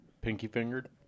Pinky-fingered